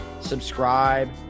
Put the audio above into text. subscribe